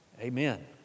Amen